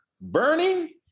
burning